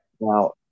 now